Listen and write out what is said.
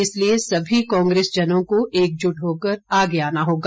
इसलिए सभी कांग्रेसजनों को एकजुट होकर आगे आना होगा